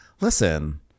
listen